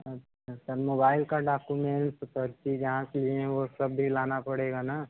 sir mobile का documents पर्ची जहाँ से लिएँ हैं वो सब भी लाना पड़ेगा ना